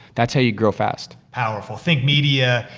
that's how you grow fast. powerful. think media,